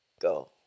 go